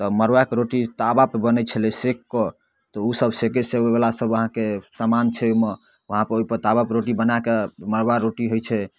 तऽ मरुआके रोटी तावापर बनय छलै सेककऽ तऽ उ सब सेके सेकेवला सब अहाँके सामान छै ओइमे वहाँपर ओइपर तावापर रोटी बनाकऽ मरुआ रोटी होइ छै